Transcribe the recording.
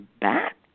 back